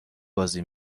بازی